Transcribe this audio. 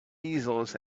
easels